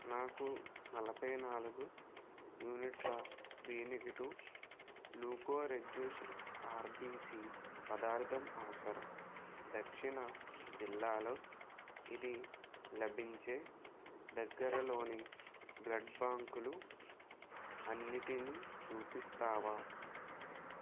నాకు నలభై నాలుగు యూనిట్ల బి నెగిటివ్ ల్యూకోరేడ్యూస్డ్ ఆర్బిసి పదార్థం అవసరం దక్షిణా జిల్లాలో ఇది లభించే దగ్గరలోని బ్లడ్ బ్యాంకులు అన్నింటినీ చూపిస్తావా